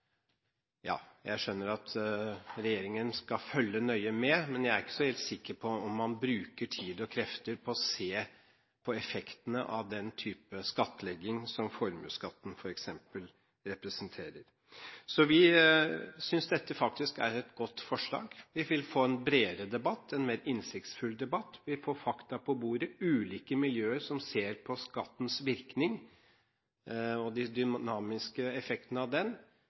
Jeg skjønner at regjeringen skal følge nøye med, men jeg er ikke helt sikker på om man bruker tid og krefter på å se på effektene av den type skattlegging som formuesskatten, f.eks., representerer. Vi synes faktisk at dette er et godt forslag. Vi vil få en bredere og mer innsiktsfull debatt. Vi vil få fakta på bordet – ulike miljøer som ser på skattens virkning og de dynamiske effektene av den